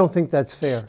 don't think that's fair